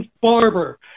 barber